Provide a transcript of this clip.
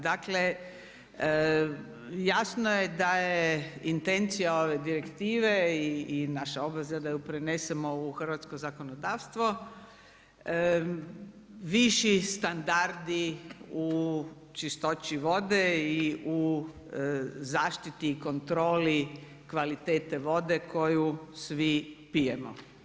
Dakle, jasno je da je intencija ove direktive i naša obveza da ju prenesemo u hrvatsko zakonodavstvo viši standardi u čistoći vode i u zaštiti i kontroli kvalitete vode koju svi pijemo.